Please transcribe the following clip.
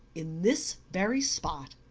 in this very spot,